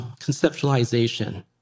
conceptualization